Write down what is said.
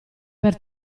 per